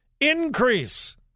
increase